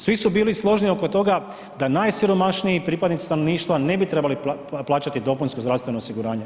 Svi su bili složni oko toga da najsiromašniji pripadnici stanovništva ne bi trebali plaćati dopunsko zdravstveno osiguranje.